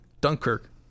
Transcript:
Dunkirk